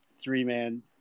three-man